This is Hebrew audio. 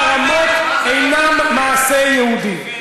חרמות אינן מעשה יהודי,